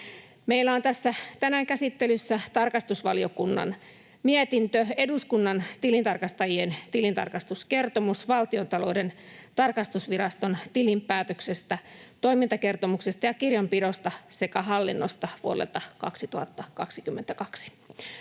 Meillä on tässä tänään käsittelyssä tarkastusvaliokunnan mietintö eduskunnan tilintarkastajien tilintarkastuskertomuksesta Valtiontalouden tarkastusviraston tilinpäätöksestä, toimintakertomuksesta ja kirjanpidosta sekä hallinnosta vuodelta 2022.